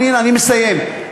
אני מסיים.